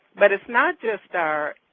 but it's not just our